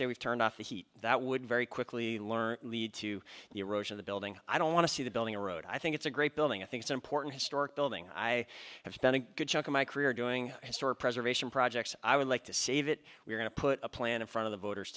say we've turned off the heat that would very quickly learnt lead to the erosion of the building i don't want to see the building a road i think it's a great building i think it's important historic building i have spent a good chunk of my career doing historic preservation projects i would like to say that we're going to put a plan in front of the voters